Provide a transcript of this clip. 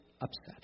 upset